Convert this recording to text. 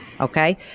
Okay